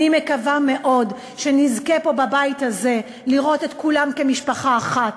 אני מקווה מאוד שנזכה פה בבית הזה לראות את כולם כמשפחה אחת.